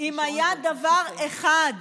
אם היה דבר אחד,